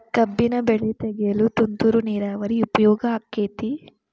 ಕಬ್ಬಿನ ಬೆಳೆ ತೆಗೆಯಲು ತುಂತುರು ನೇರಾವರಿ ಉಪಯೋಗ ಆಕ್ಕೆತ್ತಿ?